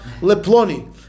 leploni